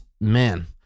man